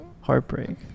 Heartbreak